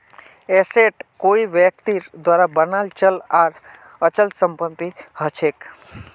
asset कोई व्यक्तिर द्वारा बनाल चल आर अचल संपत्ति हछेक